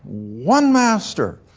one master.